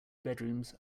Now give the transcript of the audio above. bedrooms